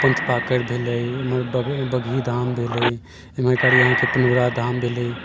पन्थपाकैर भेलै ओमहर बगही धाम भेलै एमहर करी अहाँके पुनौरा धाम भेलै